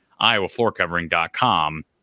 iowafloorcovering.com